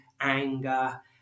anger